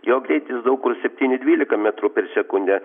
jo greitis daug kur septyni dvylika metrų per sekundę